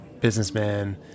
businessman